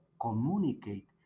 communicate